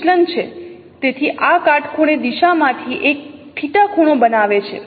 તેથી તે આ કાટખૂણે દિશામાંથી એક θ ખૂણો બનાવે છે